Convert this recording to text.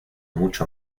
mucho